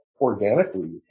organically